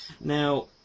Now